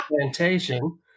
plantation